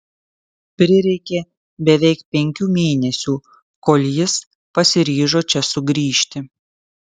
prireikė beveik penkių mėnesių kol jis pasiryžo čia sugrįžti